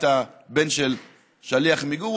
היית בן של שליח מגור.